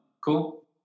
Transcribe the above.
Cool